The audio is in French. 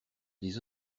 des